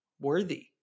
worthy